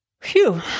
Phew